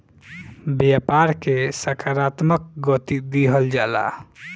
व्यापार के सकारात्मक गति दिहल जाला